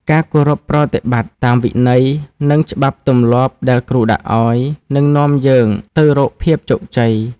ការគោរពប្រតិបត្តិតាមវិន័យ និងច្បាប់ទម្លាប់ដែលគ្រូដាក់ឱ្យ នឹងនាំយើងទៅរកភាពជោគជ័យ។